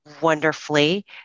wonderfully